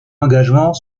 engagement